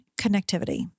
Connectivity